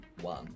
one